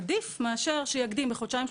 עדיף שיקדים בחודשיים,